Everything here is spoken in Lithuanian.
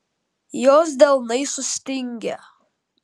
jos delnai sustingę